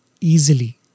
easily